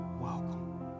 welcome